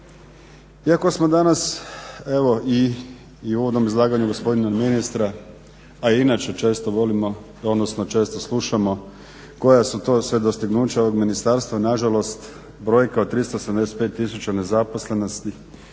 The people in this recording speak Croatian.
Iako smo danas evo i u uvodnom izlaganju gospodina ministra, a i inače često volimo odnosno često slušamo koja su to sve dostignuća ovog ministarstva, nažalost brojka od 375000 nezaposlenih